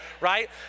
right